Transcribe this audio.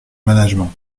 management